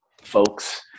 folks